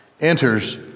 enters